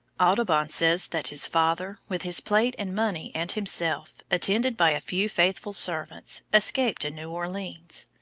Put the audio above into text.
audubon says that his father with his plate and money and himself, attended by a few faithful servants, escaped to new orleans.